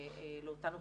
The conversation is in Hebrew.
לאותן אוכלוסיות.